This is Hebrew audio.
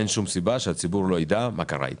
אין שום סיבה שהציבור לא יידע מה קרה איתה.